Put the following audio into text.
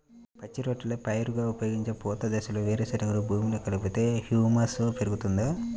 పచ్చి రొట్టెల పైరుగా ఉపయోగించే పూత దశలో వేరుశెనగను భూమిలో కలిపితే హ్యూమస్ పెరుగుతుందా?